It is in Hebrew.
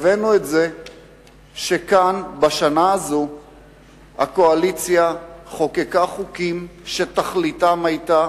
שכאן בשנה הזו הקואליציה חוקקה חוקים שתכליתם היתה